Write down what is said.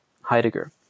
Heidegger